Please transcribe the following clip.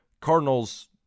Cardinals